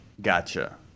Gotcha